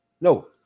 No